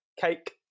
Cake